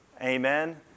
Amen